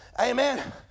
Amen